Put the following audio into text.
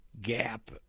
gap